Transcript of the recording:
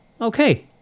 Okay